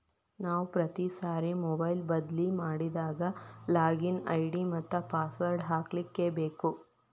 ನಾವು ಪ್ರತಿ ಸಾರಿ ಮೊಬೈಲ್ ಬದ್ಲಿ ಮಾಡಿದಾಗ ಲಾಗಿನ್ ಐ.ಡಿ ಮತ್ತ ಪಾಸ್ವರ್ಡ್ ಹಾಕ್ಲಿಕ್ಕೇಬೇಕು